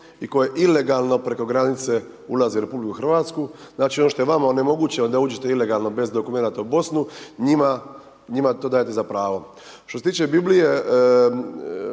i koje ilegalno preko granice ulazi u RH, znači još i vama onemoguće da uđete ilegalno bez dokumenata u Bosnu, njima to dajete za pravo. Što se tiče Biblije,